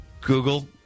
Google